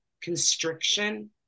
constriction